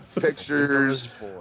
pictures